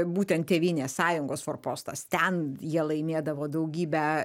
būtent tėvynės sąjungos forpostas ten jie laimėdavo daugybę